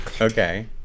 okay